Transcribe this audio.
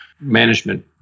management